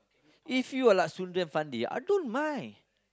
if you are like Sundram Fandi I don't mind